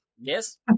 Yes